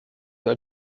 ein